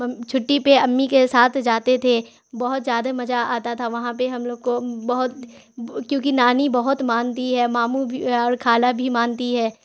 چھٹی پہ امی کے ساتھ جاتے تھے بہت زیادہ مزہ آتا تھا وہاں پہ ہم لوگ کو بہت کیونکہ نانی بہت مانتی ہے ماموں بھی اور خالہ بھی مانتی ہے